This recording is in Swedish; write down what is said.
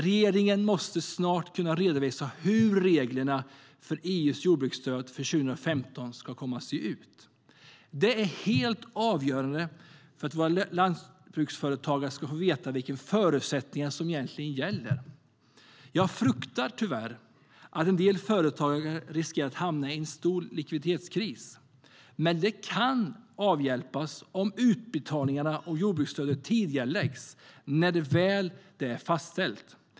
Regeringen måste snart kunna redovisa hur reglerna för EU:s jordbruksstöd för 2015 ska komma att se ut. Det är helt avgörande för att våra lantbruksföretagare ska få veta vilka förutsättningar som egentligen gäller. Jag fruktar tyvärr att en del företagare riskerar att hamna i en stor likviditetskris, men detta kan avhjälpas om utbetalningarna av jordbruksstöd tidigareläggs när stödet väl är fastställt.